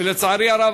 ולצערי הרב,